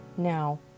now